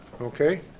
Okay